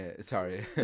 Sorry